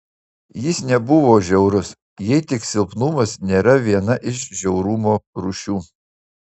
jis nebuvo žiaurus jei tik silpnumas nėra viena iš žiaurumo rūšių